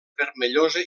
vermellosa